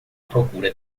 procura